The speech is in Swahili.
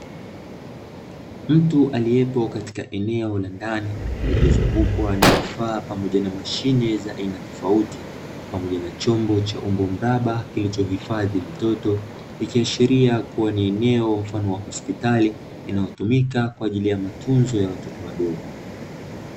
Mtu aliepo katika eneo la ndani lililozungukwa na vifaa pamoja na mashine za aina tofauti pamoja na chombo cha umbo mraba, kilichohifadhi mtoto ikiashiria kuwa ni eneo mfano wa hospitali inayotumika kwa ajili ya matunzo ya watoto wadogo.